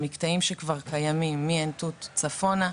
המקטעים שכבר קיימים מעין תות צפונה.